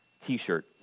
t-shirt